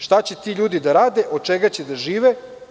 Šta će ti ljudi da rade, od čega će da žive?